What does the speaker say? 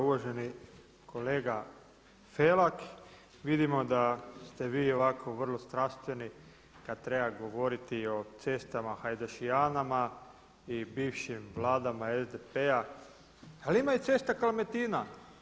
Uvaženi kolega Felak, vidimo da ste vi ovako vrlo strastveni kada treba govoriti o cestama „Hajdašijanama“ i bivšim Vladama SDP-a, ali ima i cesta „Kalmetina“